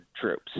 troops